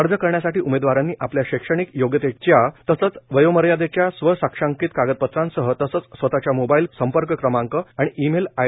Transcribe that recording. अर्ज करण्यासाठी उमेदवारांनी आपल्या शैक्षणिक योग्यतेच्या तसेच वयोमर्यादेच्या स्वसाक्षांकित कागदपत्रासह तसेच स्वतःच्या मोबाईल संपर्क क्रमांक आणि ई मेल आय